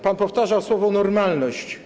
Pan powtarzał słowo „normalność”